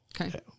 Okay